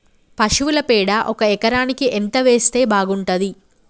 పశువుల పేడ ఒక ఎకరానికి ఎంత వేస్తే బాగుంటది?